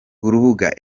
urubuga